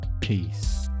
Peace